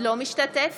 אינו משתתף